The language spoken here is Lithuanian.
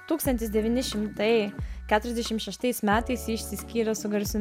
tūkstantis devyni šimtai keturiasdešim šeštais metais ji išsiskyrė su garsiu